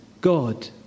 God